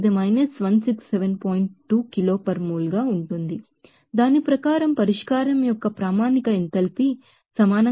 కాబట్టి దాని ప్రకారం స్టాండర్డ్ ఎంథాల్పీ అఫ్ సొల్యూషన్ సమానంగా ఉండాలి 240